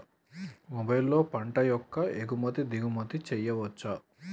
మొబైల్లో పంట యొక్క ఎగుమతి దిగుమతి చెయ్యచ్చా?